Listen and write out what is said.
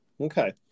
Okay